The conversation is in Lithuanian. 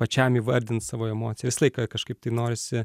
pačiam įvardint savo emocijas visąlaik kažkaip tai norisi